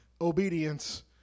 obedience